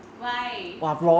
why